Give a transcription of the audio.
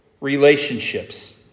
relationships